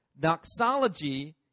doxology